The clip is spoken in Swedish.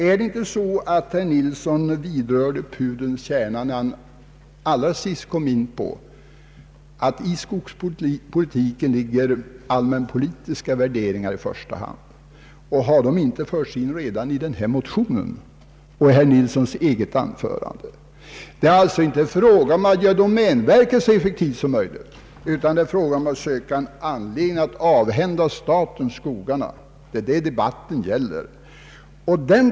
Är det inte så att herr Nilsson vidrörde pudelns kärna när han allra sist i sitt anförande kom in på att i skogspolitiken i första hand ligger allmänpolitiska värderingar. Dessa har förts in redan i motionen och i herr Nilssons eget anförande. Det är alltså inte fråga om att göra domänverket så effektivt som möjligt, utan att söka en anledning att avhända staten skogarna. Debatten gäller just det!